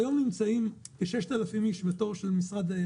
כיום נמצאים כ-6,000 אנשים בתור של משרד הבינוי